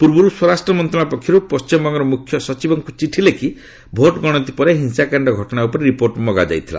ପୂର୍ବରୁ ସ୍ୱରାଷ୍ଟ୍ର ମନ୍ତ୍ରଣାଳୟ ପକ୍ଷରୁ ପଶ୍ଚିମବଙ୍ଗର ମୁଖ୍ୟ ସଚିବଙ୍କୁ ଚିଠି ଲେଖି ଭୋଟ ଗଣତି ପରେ ହିଂସାକାଣ୍ଡ ଘଟଣା ଉପରେ ରିପୋର୍ଟ ମଗାଯାଇଥିଲା